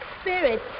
Spirit